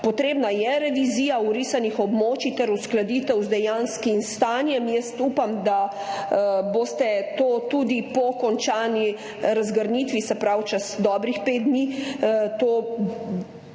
potrebna je revizija vrisanih območij ter uskladitev z dejanskim stanjem. Jaz upam, da boste to tudi po končani razgrnitvi, se pravi, čez dobrih pet dni bili